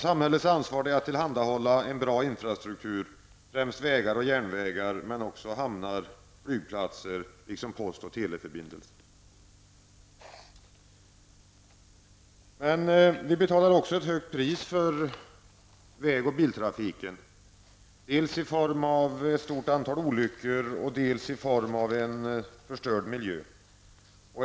Samhällets ansvar är att tillhandahålla en god infrastruktur, främst vägar och järnvägar men också hamnar och flygplatser, liksom post och teleförbindelser. Vi betalar dock ett högt pris för biltrafiken, dels i form av ett stort antal olyckor, dels i form av en förstörd miljö.